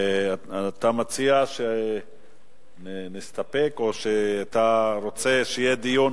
אתה מציע שנסתפק, או שאתה רוצה שיהיה דיון?